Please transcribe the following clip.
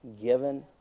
given